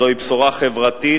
זוהי בשורה חברתית,